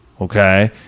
Okay